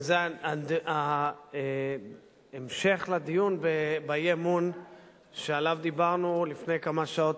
זה ההמשך לדיון באי-אמון שעליו דיברנו לפני כמה שעות,